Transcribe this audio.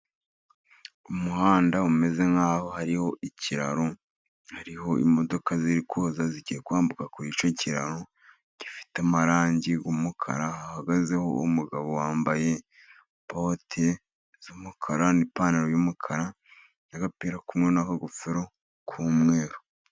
Umuhanda umeze nk'aho hariho ikiraro, hariho imodoka ziri koza zigiye kwambuka kuri icyo kiraro, gifite amarangi y'umukara. Hahagazeho umugabo wambaye boti z'umukara n'ipantaro y'umukara n'agapira k'umweru n'akagofero k'umweru.